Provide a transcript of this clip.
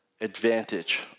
advantage